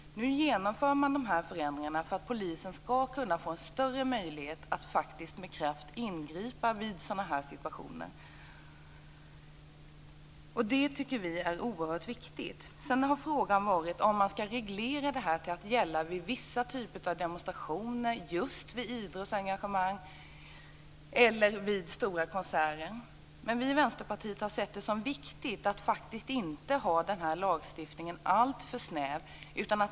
Nu genomför man förändringarna för att polisen skall få en större möjlighet att med kraft ingripa vid sådana här situationer. Det tycker vi är oerhört viktigt. Frågan har varit om man skall reglera bestämmelserna till att gälla vid vissa typer av demonstrationer, vid idrottsevenemang eller vid stora konserter. Vi i Vänsterpartiet har sett det som viktigt att inte göra lagstiftningen alltför snäv.